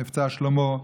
מבצע שלמה,